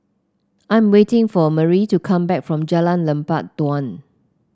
I'm waiting for Merrie to come back from Jalan Lebat Daun